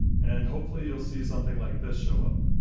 and hopefully you'll see something like this show up.